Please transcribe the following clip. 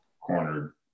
cornered